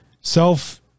self